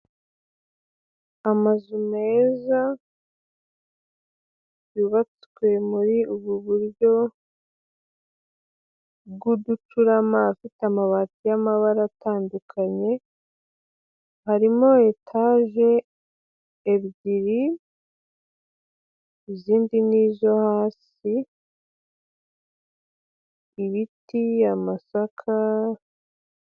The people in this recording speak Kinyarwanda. Amazu meza yubatswe muri ubu buryo bw'uducurama, ifite amabati y'amabara atandukanye, harimo etaje ebyiri izindi ni izo hasi, ibiti amasaka.